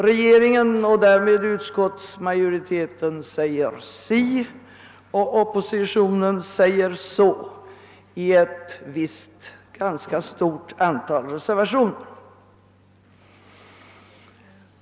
Regeringen och därmed utskottsmajoriteten säger si och oppositionen säger så i ett ganska stort antal reservationer.